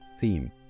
theme